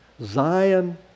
Zion